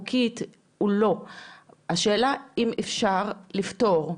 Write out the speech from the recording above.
השאלה אם אפשר לפטור,